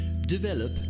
Develop